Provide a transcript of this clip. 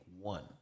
one